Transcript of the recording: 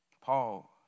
Paul